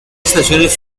estaciones